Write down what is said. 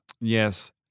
Yes